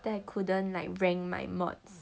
then I couldn't like rank my modules